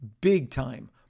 big-time